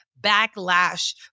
backlash